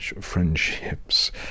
friendships